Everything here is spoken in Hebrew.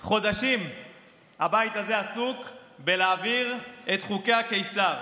במשך חודשים הבית הזה עסוק בלהעביר את חוקי הקיסר.